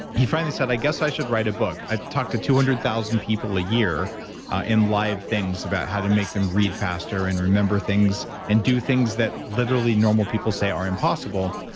he finally said, i guess i should write a book. i talk to two hundred thousand people a year in live things about how to make them read faster and remember things and do things that literally normal people say are impossible.